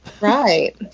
Right